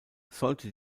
sollte